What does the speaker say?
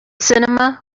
cinema